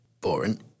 Boring